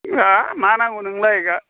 हा मा नांगौ नोंनोलाय